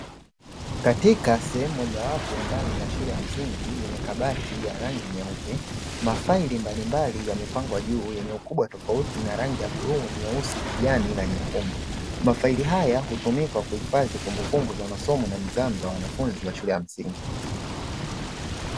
Katika sehemu mojawapo ndani ya shule ya msingi yenye kabati ya rangi nyeupe, mafaili mbalimbali yamepangwa juu yenye ukubwa tofauti na rangi ya bluu, nyeusi, kijani, na nyekundu. Mafaili haya hutumika kuhifadhi kumbukumbu za masomo na nidhamu za wanafunzi wa shule ya msingi.